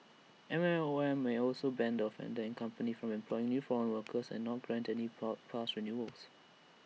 M O M may also ban the offender and company from employing new foreign workers and not grant any work pa pass renewals